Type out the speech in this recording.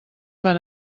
van